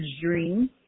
dream